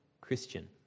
Christian